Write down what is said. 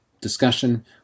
discussion